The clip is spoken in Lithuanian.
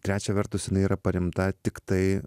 trečia vertus jinai yra paremta tiktai